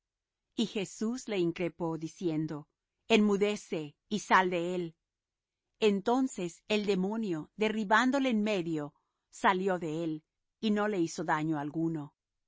y jesús le increpó diciendo enmudece y sal de él entonces el demonio derribándole en medio salió de él y no le hizo daño alguno